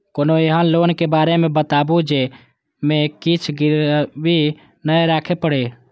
कोनो एहन लोन के बारे मे बताबु जे मे किछ गीरबी नय राखे परे?